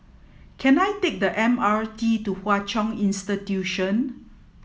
can I take the M R T to Hwa Chong Institution